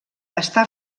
està